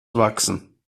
wachsen